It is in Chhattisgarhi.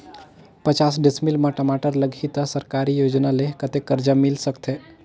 पचास डिसमिल मा टमाटर लगही त सरकारी योजना ले कतेक कर्जा मिल सकथे?